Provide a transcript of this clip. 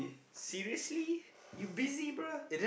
seriously you busy bruh